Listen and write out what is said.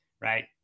Right